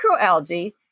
microalgae